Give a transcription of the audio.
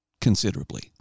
considerably